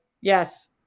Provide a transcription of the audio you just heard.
yes